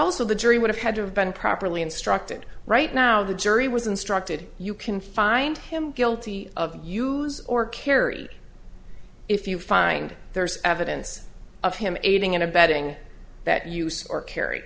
also the jury would have had to have been properly instructed right now the jury was instructed you can find him guilty of use or carry if you find there's evidence of him aiding and abetting that use or car